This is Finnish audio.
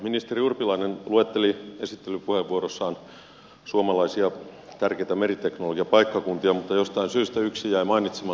ministeri urpilainen luetteli esittelypuheenvuorossaan tärkeitä suomalaisia meriteknologiapaikkakuntia mutta jostain syystä yksi jäi mainitsematta nimittäin rauma